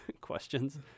questions